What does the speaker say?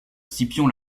scipion